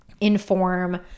inform